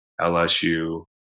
LSU